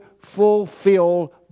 fulfill